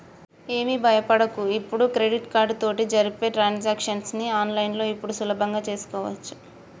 ఏమి భయపడకు ఇప్పుడు క్రెడిట్ కార్డు తోటి జరిపే ట్రాన్సాక్షన్స్ ని ఆన్లైన్లో ఇప్పుడు సులభంగా చేసుకోవచ్చు